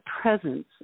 presence